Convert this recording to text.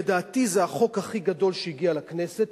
לדעתי זה החוק הכי גדול שהגיע לכנסת.